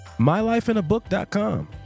MyLifeInABook.com